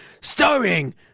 Starring